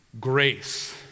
Grace